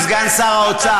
אדוני סגן שר האוצר,